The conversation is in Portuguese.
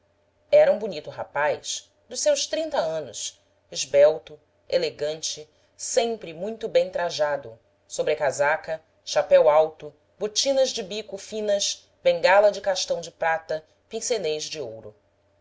era um bonito rapaz dos seus trinta anos esbelto elegante sempre muito bem trajado sobrecasaca chapéu alto botinas de bico finas bengala de castão de prata pincenez de ouro